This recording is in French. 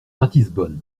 ratisbonne